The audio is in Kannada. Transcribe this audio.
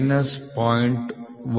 080 ಮತ್ತು ಮೈನಸ್ 0